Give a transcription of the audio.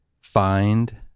find